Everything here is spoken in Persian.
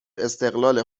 استقلال